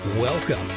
Welcome